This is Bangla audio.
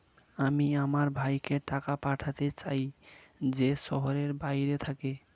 আমি আমার ভাইকে টাকা পাঠাতে চাই যে শহরের বাইরে থাকে